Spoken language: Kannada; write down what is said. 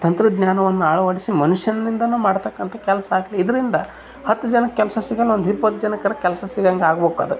ತಂತ್ರಜ್ಞಾನವನ್ನು ಅಳವಡಿಸಿ ಮನುಷ್ಯನಿಂದಲೂ ಮಾಡ್ತಕ್ಕಂಥ ಕೆಲಸ ಆಗಲಿ ಇದ್ರಿಂದ ಹತ್ತು ಜನಕ್ಕೆ ಕೆಲಸ ಸಿಗೋಲ್ಲ ಒಂದು ಇಪ್ಪತ್ತು ಜನಾಕ್ಕಾದ್ರು ಕೆಲಸ ಸಿಗೊಂಗ್ ಆಗಬೇಕ್ ಅದು